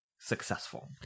successful